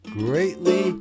greatly